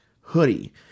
hoodie